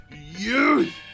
Youth